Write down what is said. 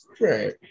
Right